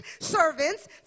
servants